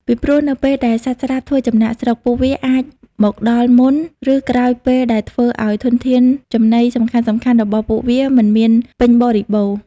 ពីព្រោះនៅពេលដែលសត្វស្លាបធ្វើចំណាកស្រុក ពួកវាអាចមកដល់មុន ឬក្រោយពេលដែលធ្វើអោយធនធានចំណីសំខាន់ៗរបស់ពួកវាមិនមានពេញបរិបូរណ៍។